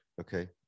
okay